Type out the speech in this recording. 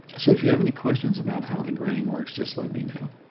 so if you have any questions about how the grading works, just let me know,